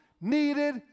needed